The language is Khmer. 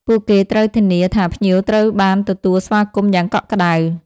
ពួកគេត្រូវធានាថាភ្ញៀវត្រូវបានទទួលស្វាគមន៍យ៉ាងកក់ក្តៅ។